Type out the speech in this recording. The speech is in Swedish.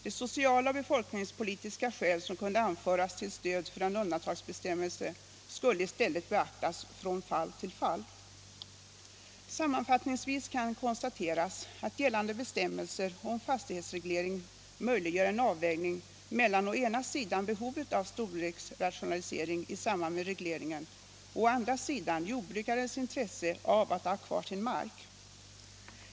De sociala och befolkningspolitiska skäl som kunde anföras till stöd för en undantagsbestämmelse skulle i stället beaktas från fall till fall. Sammanfattningsvis kan konstateras att gällande bestämmelser om fastighetsreglering möjliggör en avvägning mellan å ena sidan behovet av storleksrationalisering i samband med regleringen och å andra sidan jordbrukarens intresse av att ha kvar sin mark.